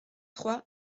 trois